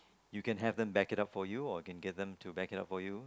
you can have them back it up for you or can get them back it up for you